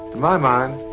my mind,